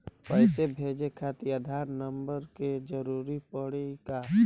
पैसे भेजे खातिर आधार नंबर के जरूरत पड़ी का?